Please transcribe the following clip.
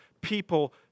people